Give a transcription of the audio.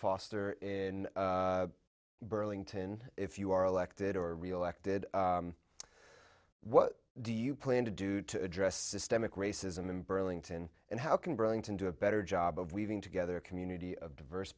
foster in burlington if you are elected or reelected what do you plan to do to address systemic racism in burlington and how can bring to do a better job of weaving together a community of diverse